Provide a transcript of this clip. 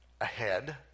ahead